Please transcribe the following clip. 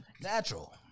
Natural